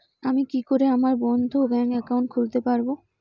আমি কি করে আমার বন্ধ ব্যাংক একাউন্ট খুলতে পারবো?